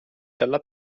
dalla